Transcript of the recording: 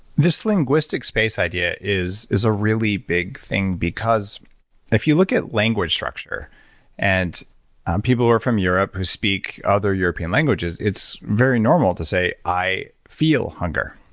this linguistic space idea is is a really big thing because if you look at language structure and people who are from europe who speak other european languages, it's very normal to say, i feel hunger.